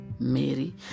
Mary